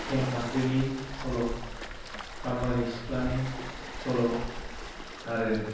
थेंफाख्रिनि सल' गाम्बारि सिख्लानि सल' आरो